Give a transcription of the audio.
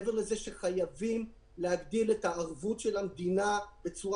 ומעבר לזה שחייבים להגדיל את הערבות של המדינה בצורה